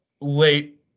late